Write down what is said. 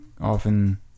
often